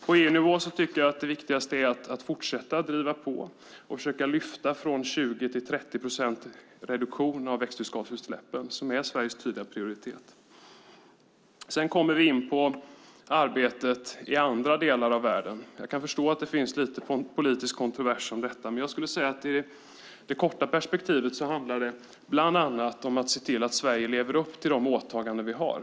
På EU-nivå tycker jag att det viktigaste är att fortsätta driva på och försöka lyfta från 20 till 30 procents reduktion av växthusgasutsläppen, som är Sveriges tydliga prioritet. Sedan kommer vi in på arbetet i andra delar av världen. Jag kan förstå att det finns en liten politisk kontrovers om detta, men jag skulle vilja säga att i det korta perspektivet handlar det bland annat om att se till att Sverige lever upp till de åtaganden vi har.